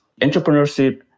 Entrepreneurship